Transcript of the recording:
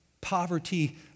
poverty